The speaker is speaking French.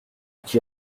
qui